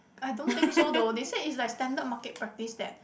I don't think so though they said it's like standard market practice that